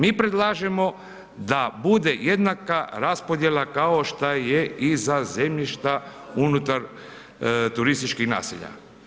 Mi predlažemo da bude jednaka raspodjela kao što je i za zemljišta unutar turističkih naselja.